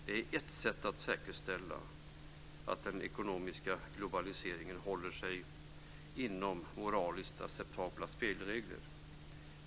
Det är ett sätt att säkerställa att den ekonomiska globaliseringen håller sig inom moraliskt acceptabla spelregler.